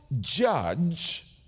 judge